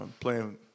playing